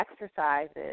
exercises